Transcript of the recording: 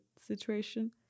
situation